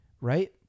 right